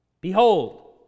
Behold